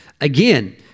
Again